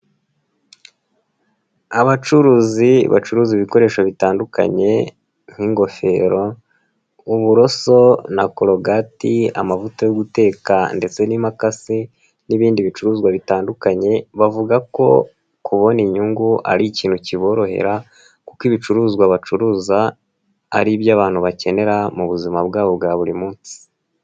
Abacuruzi bacuruza ibikoresho bitandukanye nk'ingofero, uburoso na korogati amavuta yo gutekaka ndetse n'impakasi n'ibindi bicuruzwa bitandukanye bavuga ko kubona inyungu ari ikintu kiborohera kuko ibicuruzwa bacuruza ari iby'abantu bakenera mu buzima bwabo bwa buri munsi.